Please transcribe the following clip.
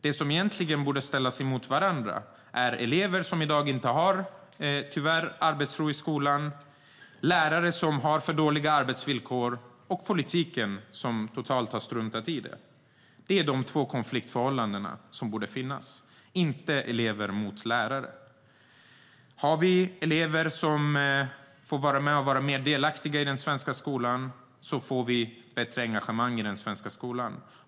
Det som egentligen borde tas upp är elever som i dag inte har arbetsro i skolan och lärare som har för dåliga arbetsvillkor. Politiken har totalt struntat i det. Det är de två konfliktområden som borde tas upp, inte ställa elever mot lärare. Har vi elever som får vara mer delaktiga i den svenska skolan får vi också bättre engagemang i skolan.